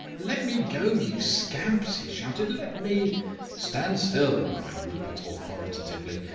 let me go, you scamps, he shouted. let me stand still, cried rupert authoritatively.